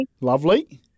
Lovely